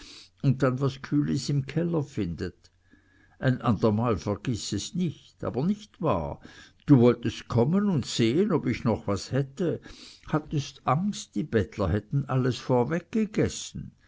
und dann was kühles im keller findet ein andermal vergiß es nicht aber nicht wahr du wolltest kommen und sehen ob ich noch was hätte hattest angst die bettler hätten alles